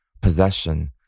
possession